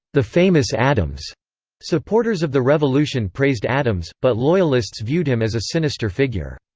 the famous adams supporters of the revolution praised adams, but loyalists viewed him as a sinister figure.